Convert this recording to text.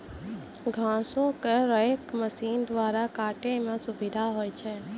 घासो क रेक मसीन द्वारा काटै म सुविधा होय छै